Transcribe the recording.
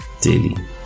daily